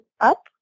up